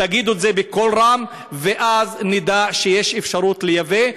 תגידו את זה בקול רם, ואז נדע שיש אפשרות לייבא.